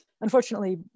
unfortunately